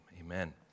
amen